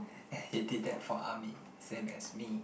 he did that for army same as me